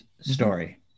story